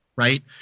Right